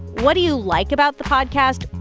what do you like about the podcast?